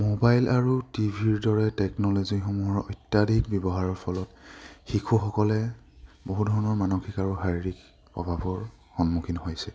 mobile আৰু টিভিৰ দৰে টেকন'লজিসমূহৰ অত্যাধিক ব্যৱহাৰৰ ফলত শিশুসকলে বহু ধৰণৰ মানসিক আৰু শাৰীৰিক অভাৱৰ সন্মুখীন হৈছে